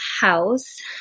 house